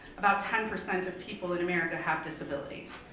about ten percent of people in america have disabilities.